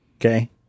okay